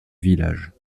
village